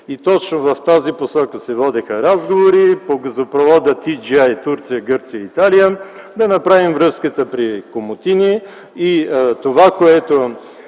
И точно в тази посока се водиха разговори – по газопровода „ITGI” (Турция, Гърция, Италия), да направим връзката при Комотини